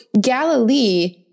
Galilee